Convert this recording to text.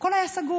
הכול היה סגור.